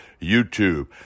YouTube